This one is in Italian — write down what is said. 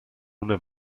una